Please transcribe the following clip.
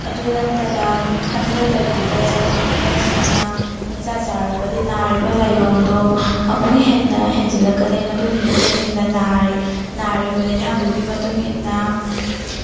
ꯑꯗꯨ ꯅꯠꯇꯅ ꯈꯟꯊꯗꯕꯤꯗ ꯆꯥꯅꯤꯡꯉꯦ ꯍꯥꯏꯗꯨꯅ ꯄꯪꯆꯥ ꯆꯥꯔꯕꯗꯤ ꯅꯥꯔꯤꯕ ꯂꯥꯏꯑꯣꯡꯗꯣ ꯑꯃꯨꯛ ꯍꯦꯟꯅ ꯍꯦꯟꯖꯤꯟꯂꯛꯀꯅꯤ ꯃꯗꯨꯒꯤ ꯃꯇꯨꯡ ꯏꯟꯅ ꯅꯥꯔꯤ ꯅꯥꯔꯤꯕ ꯂꯩꯅꯥꯗꯨꯒꯤ ꯃꯇꯨꯡ ꯏꯟꯅ